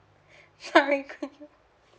sure thank you